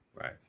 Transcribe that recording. Right